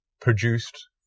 produced